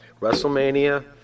WrestleMania